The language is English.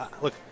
Look